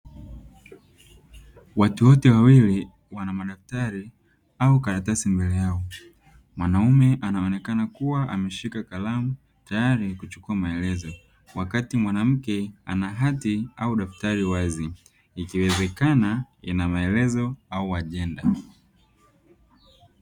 Watu wote wawili wana madaftari au karatasi mbele yao mwanamume anaonekana kuwa ameshika kalamu tayari kuchukua maelezo, wakati mwanamke ana hati au daktari wazi ikiwezekana ina maelezo au ajenda.